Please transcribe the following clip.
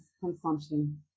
consumption